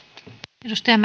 arvoisa